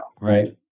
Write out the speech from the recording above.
Right